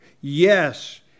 Yes